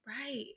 Right